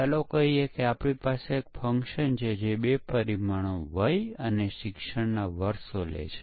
ચાલો આપણે કહીએ કે પ્રોગ્રામ લખનાર વ્યક્તિને પૂછો કે તે પ્રોગ્રામનું પરીક્ષણ કેવી રીતે કરશે